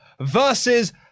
versus